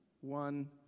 one